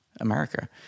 America